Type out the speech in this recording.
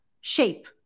shape